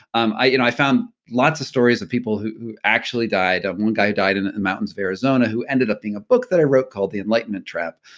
um i you know i found lots of stories of people who actually died. one guy died in the mountains of arizona who ended up being a book that i wrote called the enlightenment trap.